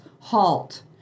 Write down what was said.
halt